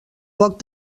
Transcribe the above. poc